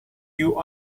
you